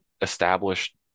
established